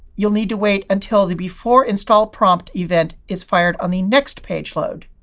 you'll need to wait until the beforeinstallprompt event is fired on the next page load.